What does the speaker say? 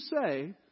say